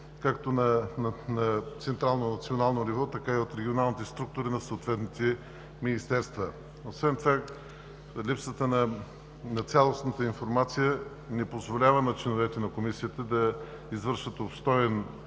национално ниво, така и от регионалните структури на съответните министерства. Липсата на цялостна информация не позволява на членовете на Комисията да извършват обстойно